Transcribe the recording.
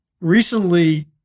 recently